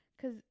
Cause